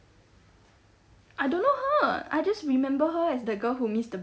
I don't know her I just remember her as the girl who missed the